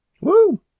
Woo